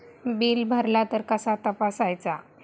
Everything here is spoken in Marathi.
बिल भरला तर कसा तपसायचा?